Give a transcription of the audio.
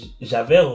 j'avais